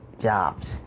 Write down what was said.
jobs